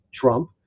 Trump